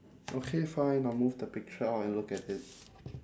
okay fine I'll move the picture out and look at it